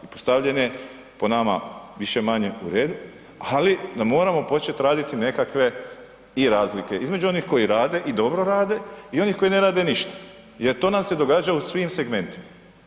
Postavljen je po nama, više-manje u redu, ali da moramo početi raditi nekakve i razlike između onih koji rade i dobro rade i onih koji ne rade ništa jer to nam se događa u svim segmentima.